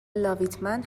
لاویتمن